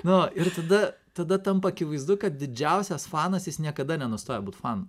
nu ir tada tada tampa akivaizdu kad didžiausias fanas jis niekada nenustoja būt fanu